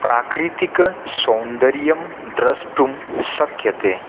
प्राकृतिकसौन्दर्यं द्रष्टु शक्यते